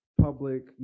public